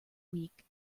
week